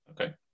Okay